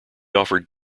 offered